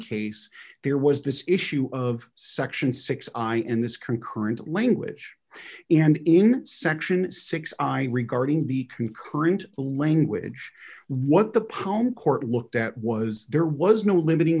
case there was this issue of section six i in this concurrent language and in section six i regarding the concurrent language what the pound court looked at was there was no limiting